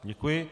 Děkuji.